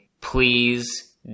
please